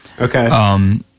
Okay